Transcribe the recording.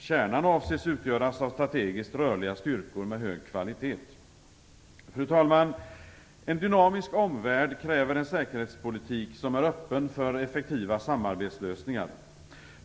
Kärnan avses utgöras av strategiskt rörliga styrkor med hög kvalitet. Fru talman! En dynamisk omvärld kräver en säkerhetspolitik som är öppen för effektivare samarbetslösningar.